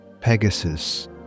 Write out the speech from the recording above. Pegasus